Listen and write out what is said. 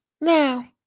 Now